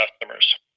customers